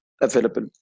available